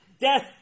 death